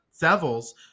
Devils